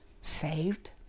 saved